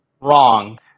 Wrong